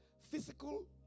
physical